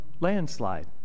landslide